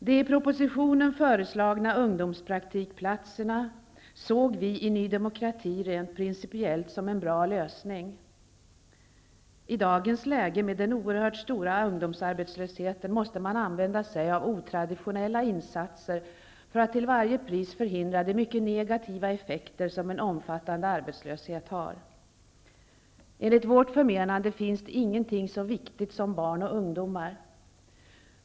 De i propositionen föreslagna ungdomspraktikplatserna såg vi i Ny demokrati rent principiellt som en bra lösning. I dagens läge, med den oerhört stora ungdomsarbetslösheten, måste man använda sig av otraditionella insatser, för att till varje pris förhindra de mycket negativa effekter som en omfattande arbetslöshet har. Enligt vårt förmenande finns ingenting som är så viktigt som barn och ungdomar.